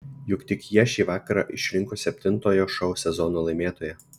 juk tik jie šį vakarą išrinko septintojo šou sezono laimėtoją